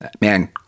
man